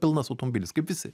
pilnas automobilis kaip visi